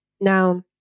Now